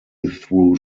through